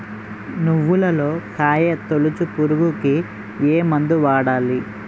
నువ్వులలో కాయ తోలుచు పురుగుకి ఏ మందు వాడాలి?